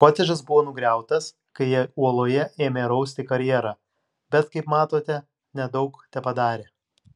kotedžas buvo nugriautas kai jie uoloje ėmė rausti karjerą bet kaip matote nedaug tepadarė